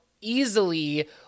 easily